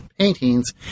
Paintings